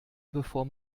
bevor